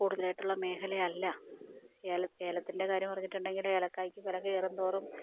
കൂടുതലായിട്ടുള്ള മേഖലയല്ല ഏലത്തിൻ്റെ കാര്യം പറഞ്ഞിട്ടുണ്ടങ്കിൽ ഏലക്കായ്ക്ക് വില കയറുംതോറും